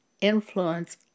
influence